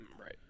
Right